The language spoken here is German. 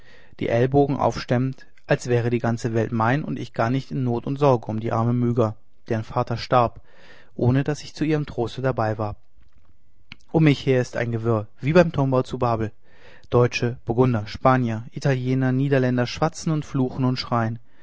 die ellenbogen aufstemmend als wäre die ganze welt mein und ich gar nicht in not und sorge um die arme myga deren vater starb ohne daß ich zu ihrem trost dabei war um mich her ist ein gewirr wie beim turmbau zu babel deutsche burgunder spanier italiener niederländer schwatzen und fluchen und schreien